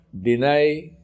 deny